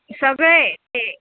सगळे ते